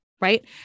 right